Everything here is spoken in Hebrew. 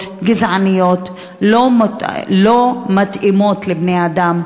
התנהגויות גזעניות שלא מתאימות לבני-אדם,